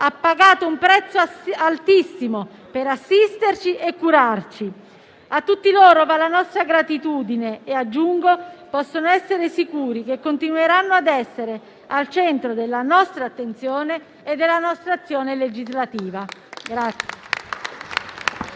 ha pagato un prezzo altissimo per assisterci e curarci. A tutti loro va la nostra gratitudine e aggiungo che possono essere sicuri che continueranno a essere al centro della nostra attenzione e della nostra azione legislativa.